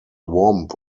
womb